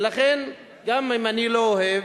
ולכן, גם אם אני לא אוהב,